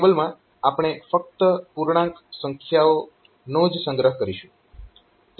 ટેબલમાં આપણે ફક્ત પૂર્ણાંક સંખ્યાઓ નો જ સંગ્રહ કરીશું